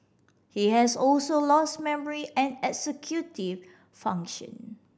he has also lost memory and executive function